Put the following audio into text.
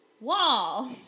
wall